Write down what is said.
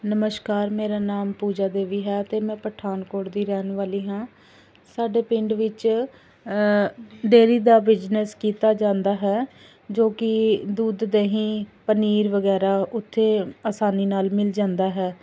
ਨਮਸਕਾਰ ਮੇਰਾ ਨਾਮ ਪੂਜਾ ਦੇਵੀ ਹੈ ਅਤੇ ਮੈਂ ਪਠਾਨਕੋਟ ਦੀ ਰਹਿਣ ਵਾਲੀ ਹਾਂ ਸਾਡੇ ਪਿੰਡ ਵਿੱਚ ਡੇਅਰੀ ਦਾ ਬਿਜਨਸ ਕੀਤਾ ਜਾਂਦਾ ਹੈ ਜੋ ਕਿ ਦੁੱਧ ਦਹੀਂ ਪਨੀਰ ਵਗੈਰਾ ਉੱਥੇ ਆਸਾਨੀ ਨਾਲ ਮਿਲ ਜਾਂਦਾ ਹੈ